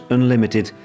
Unlimited